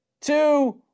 two